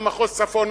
ומחוז צפון,